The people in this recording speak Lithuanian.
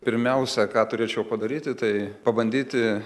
pirmiausia ką turėčiau padaryti tai pabandyti